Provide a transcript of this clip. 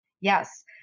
Yes